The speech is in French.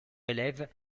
élève